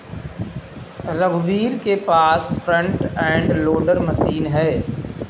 रघुवीर के पास फ्रंट एंड लोडर मशीन है